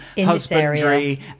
husbandry